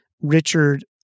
Richard